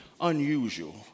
unusual